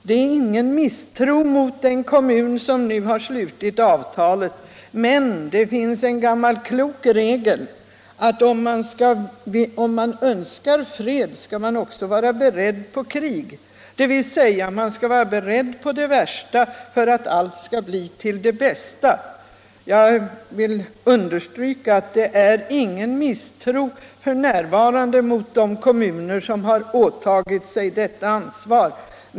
Det råder ingen misstro mot den kommun som nu har slutit avtalet, men det finns en gammal klok regel att om man önskar fred, skall man också vara beredd på krig, dvs. man skall vara beredd på det värsta för att allt skalb bli till det bästa. Jag vill understryka att det är ingen misstro f. n. mot de kommuner som har påtagit sig detta ansvar.